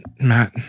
Matt